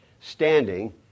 standing